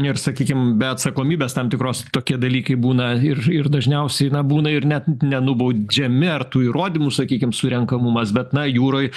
ir sakykim be atsakomybės tam tikros tokie dalykai būna ir ir dažniausiai na būna ir net nenubaudžiami ar tų įrodymų sakykim surenkamumas bet na jūroj